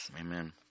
Amen